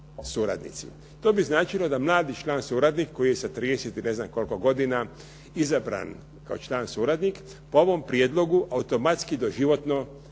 To bi značilo da mladi član suradnik koji je sa 30 i ne znam koliko godina izabran kao član suradnik po ovom prijedlogu automatski doživotno je